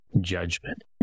judgment